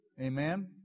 Amen